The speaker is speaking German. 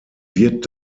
wird